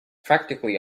practically